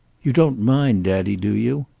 you don't mind, daddy, do you?